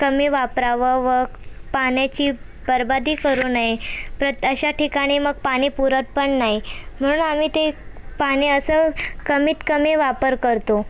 कमी वापरावं व पाण्याची बरबादी करू नये प्र अशा ठिकाणी मग पाणी पुरत पण नाही म्हणून आम्ही ते पाणी असं कमीतकमी वापर करतो